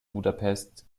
budapest